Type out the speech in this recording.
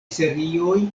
serioj